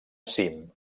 cim